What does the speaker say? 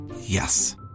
Yes